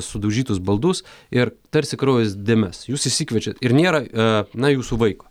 sudaužytus baldus ir tarsi kraujas dėmes jūs išsikviečiat ir nėra na jūsų vaiko